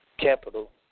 capital